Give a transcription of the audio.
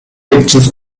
pictures